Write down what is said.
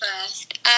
first